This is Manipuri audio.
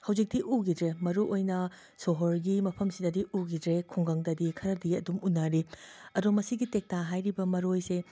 ꯍꯧꯖꯤꯛꯇꯤ ꯎꯒꯤꯗ꯭ꯔꯦ ꯃꯔꯨꯑꯣꯏꯅ ꯁꯣꯍꯣꯔꯒꯤ ꯃꯐꯝꯁꯤꯗꯗꯤ ꯎꯒꯤꯗ꯭ꯔꯦ ꯈꯨꯡꯒꯪꯗꯗꯤ ꯈꯔꯗꯤ ꯑꯗꯨꯝ ꯎꯅꯔꯤ ꯑꯗꯣ ꯃꯁꯤꯒꯤ ꯇꯦꯛꯇꯥ ꯍꯥꯏꯔꯤꯕ ꯃꯔꯣꯏꯁꯦ